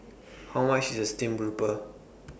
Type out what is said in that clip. How much IS The Stream Grouper